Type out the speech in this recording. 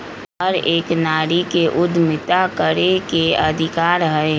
हर एक नारी के उद्यमिता करे के अधिकार हई